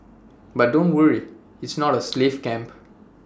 but don't worry its not A slave camp